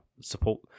support